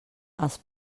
els